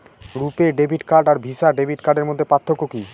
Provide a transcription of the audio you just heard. রূপে debit card আর Visa debit কার্ডের মধ্যে পার্থক্য কি?